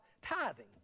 tithing